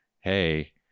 hey